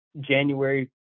January